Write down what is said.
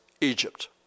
Egypt